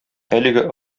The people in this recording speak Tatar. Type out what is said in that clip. әлеге